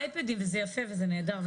חילקו לנו אייפדים וזה יפה וזה נהדר,